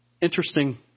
Interesting